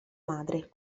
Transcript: madre